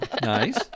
Nice